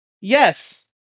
Yes